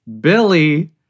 Billy